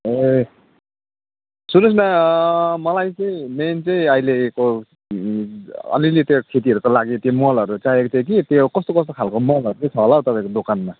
ए सुन्नुहोस् न मलाई चाहिँ मेन चाहिँ अहिलेको अलिअलि त्यो खेतीहरूको लागि त्यो मलहरू चाहिएको थियो कि त्यो कस्तो कस्तो खालको मलहरू चाहिँ छ होला हौ तपाईँको दोकानमा